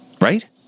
right